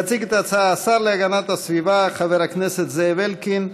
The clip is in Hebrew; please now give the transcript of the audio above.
יציג את ההצעה השר להגנת הסביבה חבר הכנסת זאב אלקין.